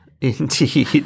Indeed